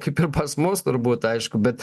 kaip ir pas mus turbūt aišku bet